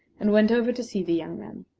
and went over to see the young man.